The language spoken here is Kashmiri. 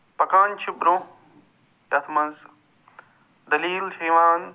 پکان چھِ برٛونٛہہ یَتھ منٛز دٔلیٖل چھےٚ یِوان